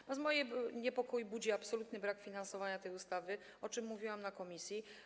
Natomiast mój niepokój budzi absolutny brak finansowania tej ustawy, o czym mówiłam w komisji.